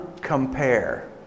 compare